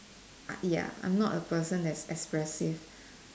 I ya I'm not a person that is expressive